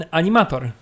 animator